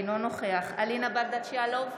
אינו נוכח אלינה ברדץ' יאלוב,